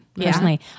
Personally